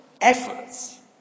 efforts